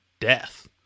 death